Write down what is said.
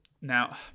now